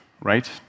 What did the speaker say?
right